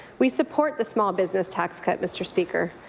we support the small business tax cut, mr. speaker.